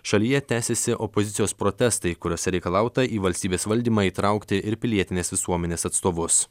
šalyje tęsiasi opozicijos protestai kuriuose reikalauta į valstybės valdymą įtraukti ir pilietinės visuomenės atstovus